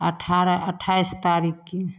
अठारह अठाइस तारिखके